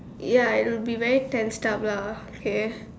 ya it will be very tensed up lah okay